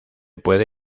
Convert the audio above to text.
puede